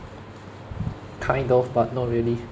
kind of but not really